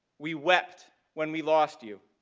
we wept when we lost you,